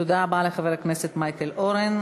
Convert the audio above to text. תודה רבה לחבר הכנסת מייקל אורן.